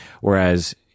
Whereas